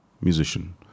musician